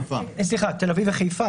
--- סליחה, תל אביב וחיפה